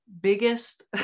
biggest